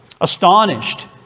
astonished